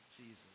Jesus